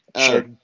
Sure